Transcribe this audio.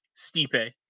Stipe